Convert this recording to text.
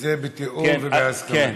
וזה בתיאום ובהסכמה?